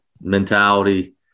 mentality